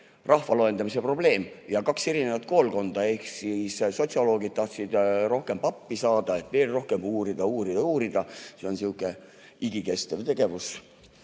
rahva loendamise probleem. Oli kaks koolkonda. Sotsioloogid tahtsid rohkem pappi saada, et veel rohkem uurida, uurida ja uurida. See on sihuke igikestev tegevus.